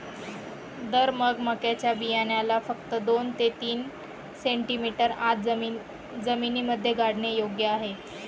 तर मग मक्याच्या बियाण्याला फक्त दोन ते तीन सेंटीमीटर आत जमिनीमध्ये गाडने योग्य आहे